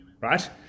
right